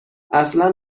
اصلا